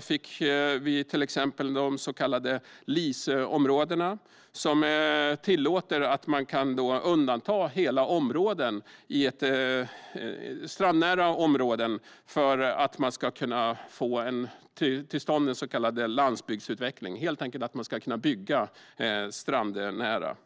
fick vi till exempel de så kallade LIS-områdena, vilket innebär att man kan undanta hela strandnära områden för att få till stånd en så kallad landsbygdsutveckling, vilket helt enkelt betyder att man ska kunna bygga strandnära.